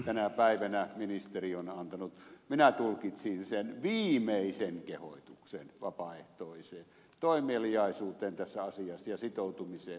tänä päivänä ministeri on antanut minä tulkitsin sen viimeisen kehotuksen vapaaehtoiseen toimeliaisuuteen tässä asiassa ja sitoutumiseen